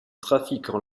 trafiquants